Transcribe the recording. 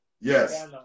Yes